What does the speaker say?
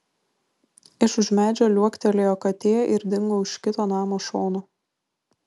iš už medžio liuoktelėjo katė ir dingo už kito namo šono